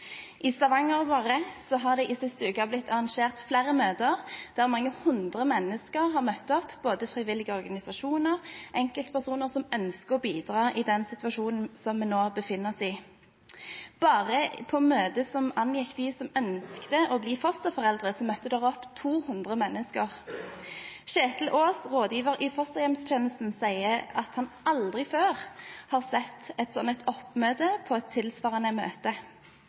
I Stavanger har det den siste uka blitt arrangert flere møter der mange hundre mennesker har møtt opp, både frivillige organisasjoner og enkeltpersoner som ønsker å bidra i den situasjonen som vi nå befinner oss i. Bare på møtet som angikk dem som ønsket å bli fosterforeldre, møtte det opp 200 mennesker. Kjetil Aas, rådgiver i fosterhjemstjenesten, sier at han aldri før har sett et slikt oppmøte på et tilsvarende møte.